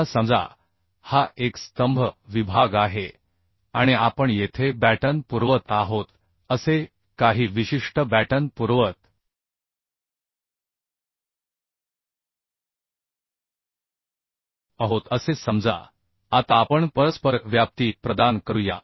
आता समजा हा एक स्तंभ विभाग आहे आणि आपण येथे बॅटन पुरवत आहोत असे काही विशिष्ट बॅटन पुरवत आहोत असे समजा आता आपण परस्पर व्याप्ती प्रदान करूया